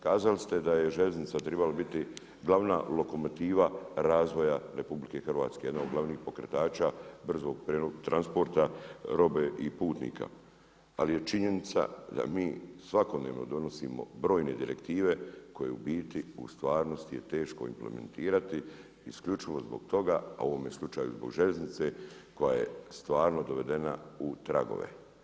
Kazali ste da bi željeznica trebala biti glavana lokomotiva razvoja RH jedan od glavnih pokretača brzog transporta robe i putnika, ali je činjenica da mi svakodnevno donosimo brojne direktive koje je u stvarnosti teško implementirati isključivo zbog toga, a u ovome slučaju zbog željeznice koja je stvarno dovedena u tragove.